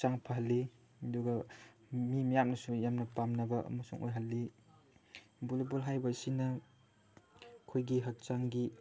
ꯍꯛꯆꯥꯡ ꯐꯍꯜꯂꯤ ꯑꯗꯨꯒ ꯃꯤ ꯃꯌꯥꯝꯅꯁꯨ ꯌꯥꯝꯅ ꯄꯥꯝꯅꯕ ꯑꯃꯁꯨ ꯑꯣꯏꯍꯜꯂꯤ ꯚꯣꯂꯤꯕꯣꯜ ꯍꯥꯏꯕ ꯑꯁꯤꯅ ꯑꯩꯈꯣꯏꯒꯤ ꯍꯛꯆꯥꯡꯒꯤ